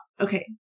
Okay